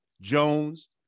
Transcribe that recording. Jones